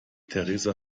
theresa